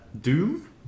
Doom